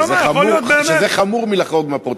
שזה חמור מלחרוג מהפרוטוקול,